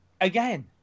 again